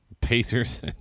Pacers